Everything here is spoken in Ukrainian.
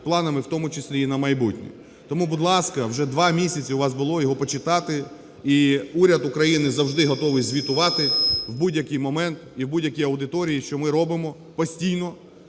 планами, в тому числі і на майбутнє. Тому, будь ласка, вже 2 місяці у вас було його почитати. І уряд України завжди готовий звітувати в будь-який момент і будь-якій аудиторії, що ми робимо постійно.